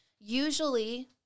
usually